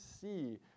see